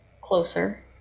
closer